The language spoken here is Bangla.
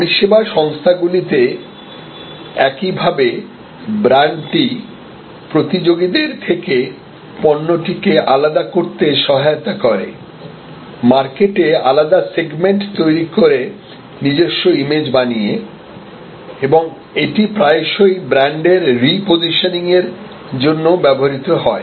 পরিষেবা সংস্থাগুলিতে একইভাবে ব্র্যান্ডটি প্রতিযোগীদের থেকে পণ্যটিকে আলাদা করতে সহায়তা করেমার্কেটে আলাদা সেগমেন্ট তৈরি করে নিজস্ব ইমেজ বানিয়ে এবং এটি প্রায়শই ব্র্যান্ডের রিপজিশনিংর জন্য ব্যবহৃত হয়